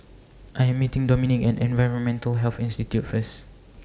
I Am meeting Dominik At Environmental Health Institute First